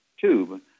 tube